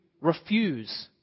refuse